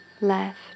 left